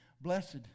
Blessed